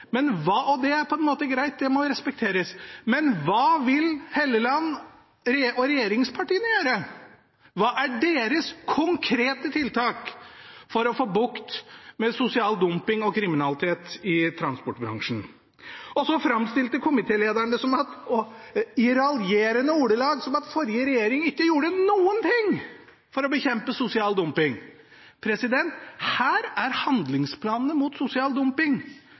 Det er på en måte greit; det må respekteres. Men hva vil representanten Hofstad Helleland og regjeringspartiene gjøre? Hva er deres konkrete tiltak for å få bukt med sosial dumping og kriminalitet i transportbransjen? Så framstilte komitélederen i raljerende ordelag det som om forrige regjering ikke gjorde noen ting for å bekjempe sosial dumping. Handlingsplanene mot sosial dumping